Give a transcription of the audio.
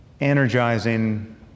energizing